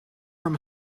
from